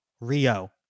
Rio